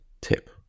tip